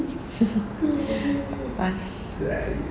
fast